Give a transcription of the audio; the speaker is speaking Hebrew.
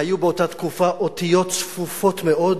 היו באותה תקופה אותיות צפופות מאוד,